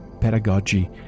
pedagogy